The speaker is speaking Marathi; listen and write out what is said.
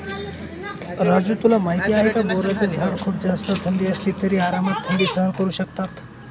राजू तुला माहिती आहे का? बोराचे झाड खूप जास्त थंडी असली तरी आरामात थंडी सहन करू शकतात